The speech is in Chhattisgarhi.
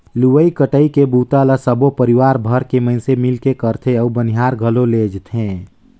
लुवई कटई के बूता ल सबो परिवार भर के मइनसे मिलके करथे अउ बनियार घलो लेजथें